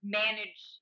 manage